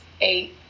eight